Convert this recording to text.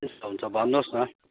हुन्छ हुन्छ भन्नुहोस् न